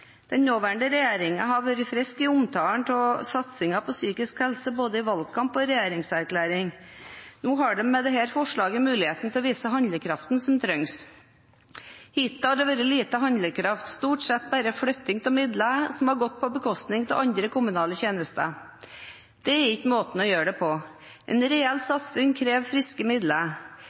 Den nåværende regjeringen har vært frisk i omtalen av satsingen på psykisk helse i både valgkamp og regjeringserklæring. Med dette forslaget har de muligheten til å vise handlekraften som trengs. Hittil har det vært lite handlekraft, stort sett bare flytting av midler, som har gått på bekostning av andre kommunale tjenester. Det er ikke måten å gjøre det på. En reell satsing krever friske midler.